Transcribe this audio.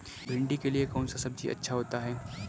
भिंडी के लिए कौन सा बीज अच्छा होता है?